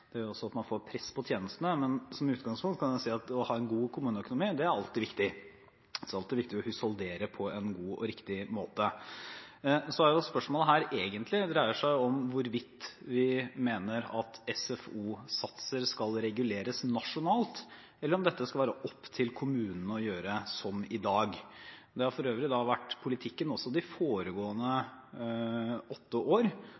Det gjør også at man får press på tjenestene, men som utgangspunkt kan jeg si at å ha en god kommuneøkonomi er alltid viktig, det er alltid viktig å husholdere på en god og riktig måte. Spørsmålet dreier seg egentlig om hvorvidt vi mener at SFO-satser skal reguleres nasjonalt, eller om dette skal være opp til kommunen å gjøre, som i dag. Det har for øvrig vært politikken også de foregående åtte år